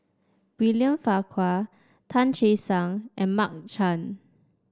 William Farquhar Tan Che Sang and Mark Chan